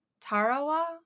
Tarawa